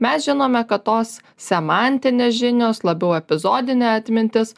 mes žinome kad tos semantinės žinios labiau epizodinė atmintis